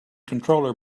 controller